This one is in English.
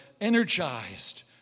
energized